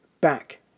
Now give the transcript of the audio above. back